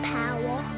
power